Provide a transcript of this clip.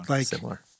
similar